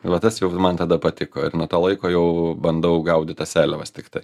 va tas jau man tada patiko ir nuo to laiko jau bandau gaudyt tas seliavas tiktai